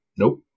Nope